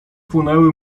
płonęły